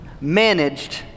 managed